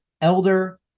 elder